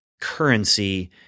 currency